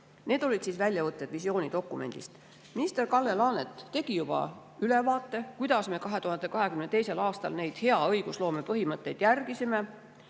Need olid väljavõtted visioonidokumendist. Minister Kalle Laanet tegi juba ülevaate sellest, kuidas me 2022. aastal neid hea õigusloome põhimõtteid järgisime,